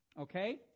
Okay